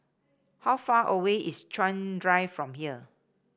how far away is Chuan Drive from here